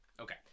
okay